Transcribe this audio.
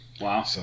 Wow